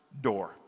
door